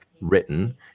written